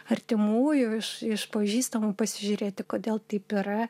artimųjų iš iš pažįstamų pasižiūrėti kodėl taip yra